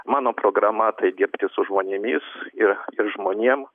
mano programa tai dirbti su žmonėmis ir žmonėm